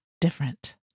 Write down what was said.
different